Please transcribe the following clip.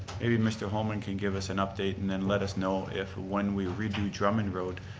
maybe mr. holman can give us an update and then let us know if, when we redo drummond road,